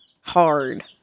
hard